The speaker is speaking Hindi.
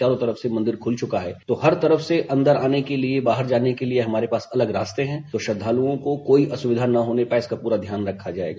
चारों तरफ से मंदिर खुल चुका है तो हर तरफ से अन्दर आने के लिये बाहर जाने के लिये हमरे पास अलग रास्ते है तो श्रद्दालुओं को कोई असुविधा न होने पाये इसका पूरा ध्यान रखा जायेगा